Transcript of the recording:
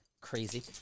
Crazy